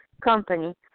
company